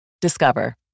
Discover